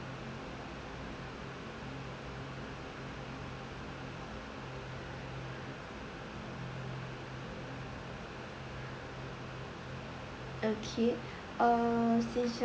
okay uh since